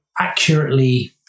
accurately